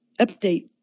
update